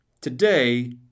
Today